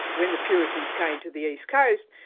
when the puritans came to the east coast,